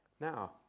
Now